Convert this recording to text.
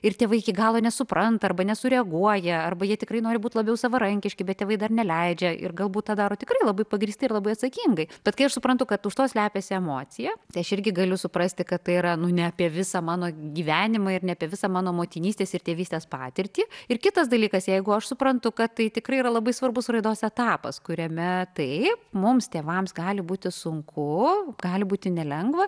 ir tėvai iki galo nesupranta arba nesureaguoja arba jie tikrai nori būti labiau savarankiški bet tėvai dar neleidžia ir galbūt tą daro tikrai labai pagrįsti ir labai atsakingai bet kai aš suprantu kad už to slepiasi emocija tai aš irgi galiu suprasti kad tai yra nu ne apie visą mano gyvenimą ir ne apie visą mano motinystės ir tėvystės patirtį ir kitas dalykas jeigu aš suprantu kad tai tikrai yra labai svarbus raidos etapas kuriame taip mums tėvams gali būti sunku gali būti nelengva